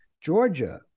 Georgia